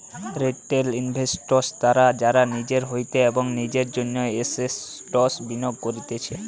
retail investors তারা যারা নিজের হইতে এবং নিজের জন্য এসেটস বিনিয়োগ করতিছে